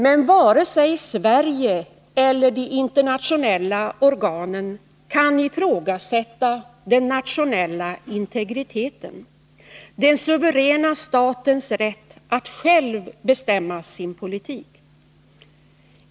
Men varken Sverige eller de internationella organen kan ifrågasätta den nationella integriteten, den suveräna statens rätt att själv bestämma sin politik.